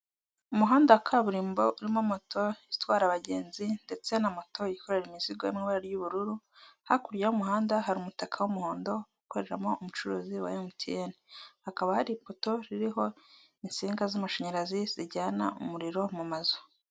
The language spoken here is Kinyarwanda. Umuhanda wa kaburimbo urimo moto itwara abagenzi, ndetse na moto yikorera imizigo yo mu ibara ry'ubururu, hakurya y'umuhanda hari umutaka w'umuhondo ukoreramo umucuruzi wa MTN. Hakaba hari ipoto ririho insinga z'amashanyarazi, zijyana umuriro mu mazu.